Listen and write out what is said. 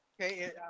Okay